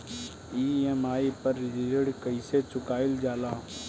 EMI पर ऋण कईसे चुकाईल जाला?